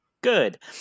Good